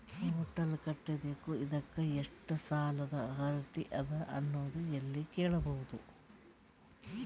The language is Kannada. ಹೊಟೆಲ್ ಕಟ್ಟಬೇಕು ಇದಕ್ಕ ಎಷ್ಟ ಸಾಲಾದ ಅರ್ಹತಿ ಅದ ಅನ್ನೋದು ಎಲ್ಲಿ ಕೇಳಬಹುದು?